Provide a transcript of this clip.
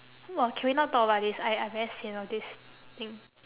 !wah! can we not talk about this I I very sian of this thing